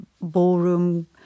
ballroom